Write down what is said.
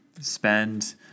spend